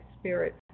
Spirit